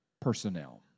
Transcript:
personnel